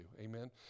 Amen